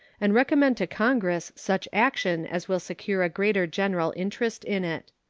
and commend to congress such action as will secure a greater general interest in it.